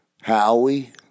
Howie